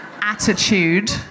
Attitude